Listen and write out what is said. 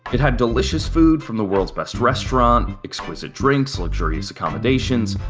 it had delicious food from the world's best restaurant, exquisite drinks, luxurious accommodations,